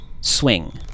swing